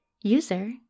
User